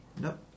Nope